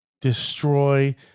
destroy